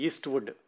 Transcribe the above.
Eastwood